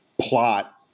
plot